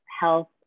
health